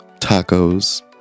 tacos